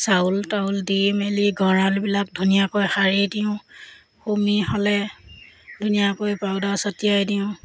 চাউল তাউল দি মেলি গঁৰালবিলাক ধুনীয়াকৈ সাৰি দিওঁ হুমি হ'লে ধুনীয়াকৈ পাউদাৰ ছটিয়াই দিওঁ